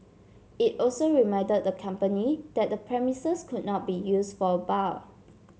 it also reminded the company that the premises could not be used for a bar